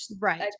Right